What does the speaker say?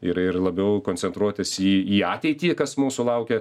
ir ir labiau koncentruotis į į ateitį kas mūsų laukia